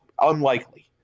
unlikely